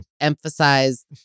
emphasize